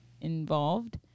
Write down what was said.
involved